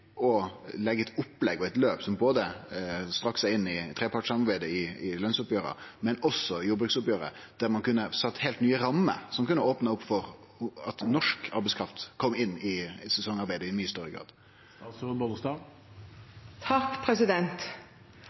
eit opplegg og eit løp som strekte seg inn i trepartssamarbeidet i lønnsoppgjera, men også i jordbruksoppgjeret, der ein kunne sett heilt nye rammer som kunne opna opp for at norsk arbeidskraft kom inn i sesongarbeid i mykje større grad.